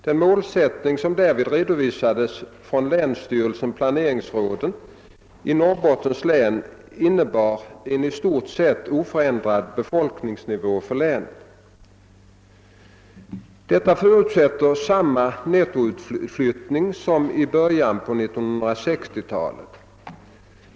Den målsättning, som därvid redovisades från = länsstyrelsen/planeringsrådet i Norrbottens län, innebar en i stort sett oförändrad befolkningsnivå för länet. Detta förutsätter samma nettoutflyttning som i början på 1960-talet.